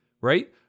right